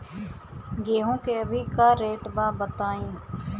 गेहूं के अभी का रेट बा बताई?